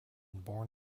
born